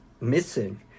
missing